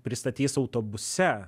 pristatys autobuse